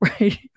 right